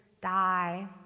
die